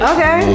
Okay